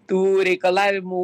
tų reikalavimų